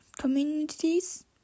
communities